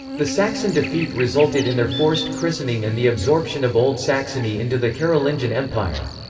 the saxon defeat resulted in their forced christening and the absorption of old saxony into the carolingian empire.